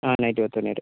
ആ നൈറ്റ് പത്തു മണി വരെ